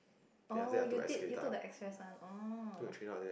oh you did you took the express one oh